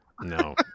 no